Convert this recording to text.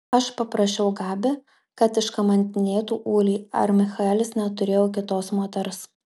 aš paprašiau gabi kad iškamantinėtų ulį ar michaelis neturėjo kitos moters